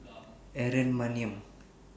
Aaron Maniam